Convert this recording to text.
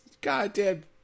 goddamn